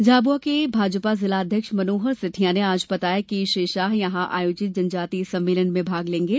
झाबुआ के भाजपा जिला अध्यक्ष मनोहर सेठिया ने आज बताया कि श्री शाह यहां आयोजित जनजातीय सम्मेलन में भाग लेंगे